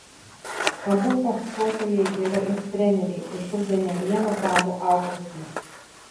abu fechtuotojai yra ir treneriai išugdę ne vieną gabų auklėtinį